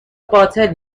باطل